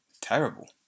Terrible